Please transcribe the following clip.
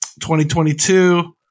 2022